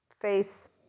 face